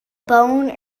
bone